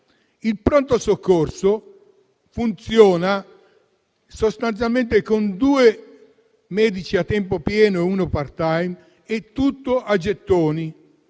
Il pronto soccorso funziona sostanzialmente con due medici a tempo pieno e uno *part time*, e tutto a gettoni.